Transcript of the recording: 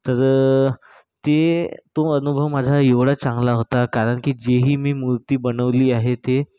तर ते तो अनुभव माझा एवढा चांगला होता कारण की जी ही मी मूर्ती बनवली आहे ते